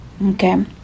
Okay